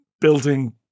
building